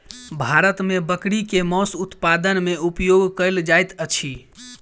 भारत मे बकरी के मौस उत्पादन मे उपयोग कयल जाइत अछि